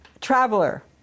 traveler